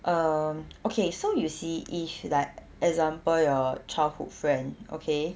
um okay so you see if like example your childhood friend okay